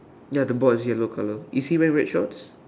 ya the board is yellow colour is he wearing red shorts